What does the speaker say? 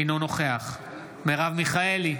אינו נוכח מרב מיכאלי,